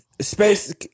Space